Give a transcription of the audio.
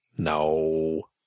No